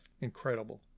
Incredible